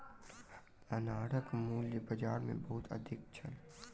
अनारक मूल्य बाजार मे बहुत अधिक छल